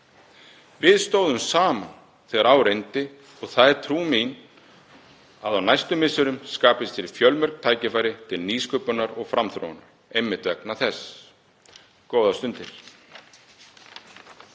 Við stóðum saman þegar á reyndi og það er trú mín að á næstu misserum skapist hér fjölmörg tækifæri til nýsköpunar og framþróunar, einmitt vegna þess. — Góðar stundir.